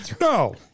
no